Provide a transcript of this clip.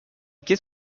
qu’est